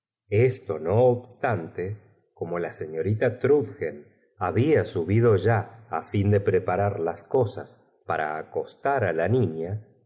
esto no obstante como la seiiorita trndcben había subido ya á fi o de prepa rar las cosas para acostar á la niña